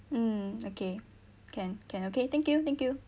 mm okay can can okay thank you thank you